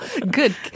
Good